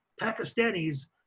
Pakistanis